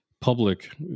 public